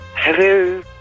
Hello